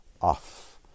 off